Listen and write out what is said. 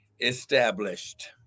established